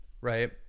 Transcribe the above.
right